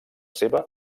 seva